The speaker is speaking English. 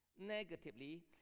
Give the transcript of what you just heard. negatively